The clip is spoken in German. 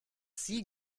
sie